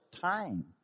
time